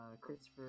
Christopher